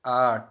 آٹھ